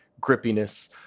grippiness